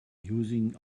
using